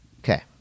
Okay